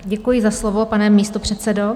Děkuji za slovo, pane místopředsedo.